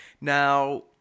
now